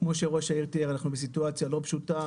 כמו שראש העיר תיאר, אנחנו בסיטואציה לא פשוטה.